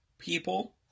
People